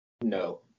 no